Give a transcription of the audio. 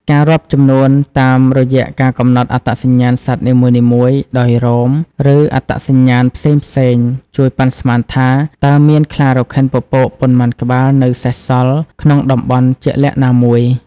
ការរាប់ចំនួនតាមរយៈការកំណត់អត្តសញ្ញាណសត្វនីមួយៗ ដោយរោម ឬអត្តសញ្ញាណផ្សេងៗ ជួយប៉ាន់ស្មានថា តើមានខ្លារខិនពពកប៉ុន្មានក្បាលនៅសេសសល់ក្នុងតំបន់ជាក់លាក់ណាមួយ។